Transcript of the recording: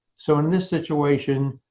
so in this situation,